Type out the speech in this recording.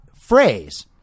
phrase